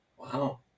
Wow